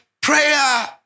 prayer